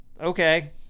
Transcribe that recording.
okay